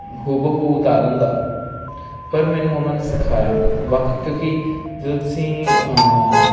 ਹੂ ਬ ਹੂ ਉਤਾਰਨ ਦਾ ਪਰ ਮੈਨੂੰ ਉਨ੍ਹਾਂ ਨੇ ਸਿਖਾਇਆ ਵੱਖ ਕਿਉਂਕਿ ਜਦੋਂ ਤੁਸੀਂ